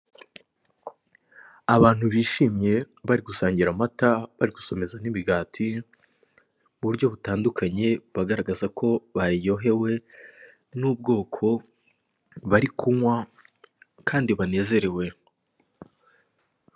Abantu bishimye bari gusangira amata bari gusomeza n'imigati muburyo butandukanye bagaragaza ko baryohewe n'ubwoko bari kunkwa kandi banezerewe.